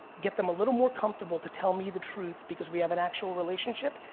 get them a little more comfortable to tell me the truth because we have an actual relationship,